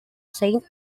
saint